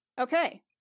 Okay